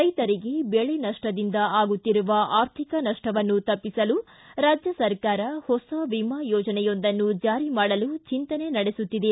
ರೈತರಿಗೆ ಬೆಳೆ ನಷ್ಟದಿಂದ ಆಗುತ್ತಿರುವ ಆರ್ಥಿಕ ನಷ್ಟವನ್ನು ತಪ್ಪಿಸಲು ರಾಜ್ಯ ಸರಕಾರ ಹೊಸ ವಿಮಾ ಯೋಜನೆಯೊಂದನ್ನು ಜಾರಿ ಮಾಡಲು ಚಿಂತನೆ ನಡೆಸುತ್ತಿದೆ